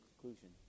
conclusion